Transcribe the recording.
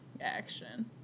action